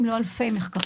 אם לא אלפי מחקרים.